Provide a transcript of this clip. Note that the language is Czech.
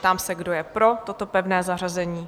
Ptám se, kdo je pro toto pevné zařazení?